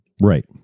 Right